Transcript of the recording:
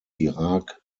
irak